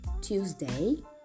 Tuesday